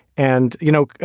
and, you know,